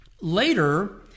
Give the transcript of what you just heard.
later